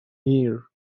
year